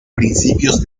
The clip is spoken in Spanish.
principios